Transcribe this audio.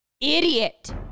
Idiot